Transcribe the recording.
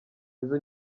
izo